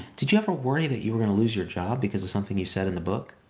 did you ever worry that you were gonna lose your job because of something you said in the book?